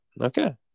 Okay